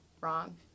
wrong